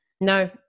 no